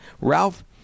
Ralph